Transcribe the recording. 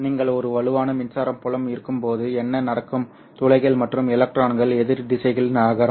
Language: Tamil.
நீங்கள் ஒரு வலுவான மின்சார புலம் இருக்கும்போது என்ன நடக்கும் துளைகள் மற்றும் எலக்ட்ரான்கள் எதிர் திசைகளில் நகரும்